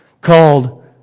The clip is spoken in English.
called